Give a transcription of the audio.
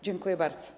Dziękuję bardzo.